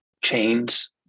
chains